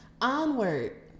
Onward